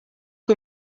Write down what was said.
que